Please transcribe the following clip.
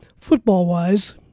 football-wise